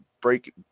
break